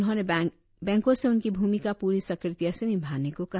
उन्होंने बैंको से उनकी भूमिका पूरी सक्रियता से निभाने को कहा